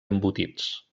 embotits